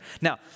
Now